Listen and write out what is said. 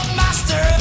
master